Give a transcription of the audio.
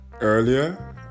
earlier